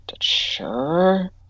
sure